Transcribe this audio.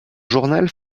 journal